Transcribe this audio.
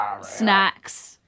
snacks